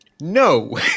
no